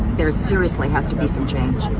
there seriously has to be some change.